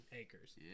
Acres